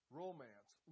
romance